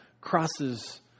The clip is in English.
crosses